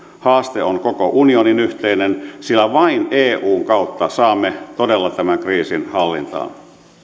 haaste on koko unionin yhteinen sillä vain eun kautta saamme todella tämän kriisin hallintaan